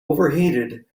overheated